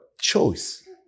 choice